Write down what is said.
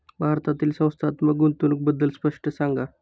भारतातील संस्थात्मक गुंतवणूक बद्दल स्पष्ट सांगा